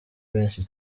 benshi